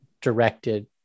directed